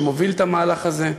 שמוביל את המהלך הזה,